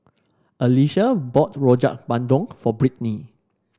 Alysia bought Rojak Bandung for Brittney